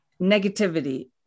negativity